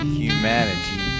humanity